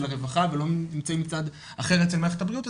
הרווחה ומצד שני לא נמצאים אצל מערכת הבריאות,